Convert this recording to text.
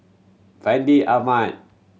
Fandi Ahmad